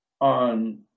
on